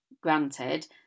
granted